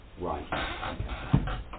Right